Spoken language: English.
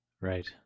Right